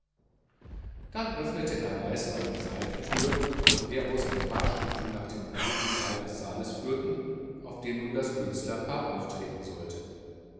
dann öffnete weismann eine seitentüre von der aus ein paar stufen nach dem erhöhten teil des saals führten auf dem nun das künstlerpaar auftreten sollte